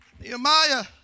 Nehemiah